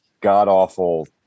god-awful